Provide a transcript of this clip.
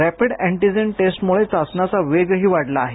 rapid antigen टेस्टमुळे चाचण्यांचा वेगही वाढला आहे